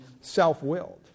self-willed